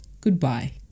Goodbye